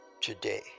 today